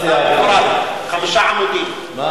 החינוך, חמישה עמודים.